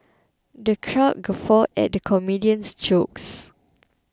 the crowd guffawed at the comedian's jokes